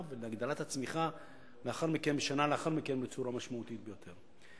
ולהגדלת הצמיחה בשנה לאחר מכן בצורה משמעותית ביותר.